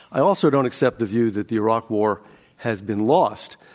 i also don't accept the view that the iraq war has been lost.